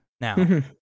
Now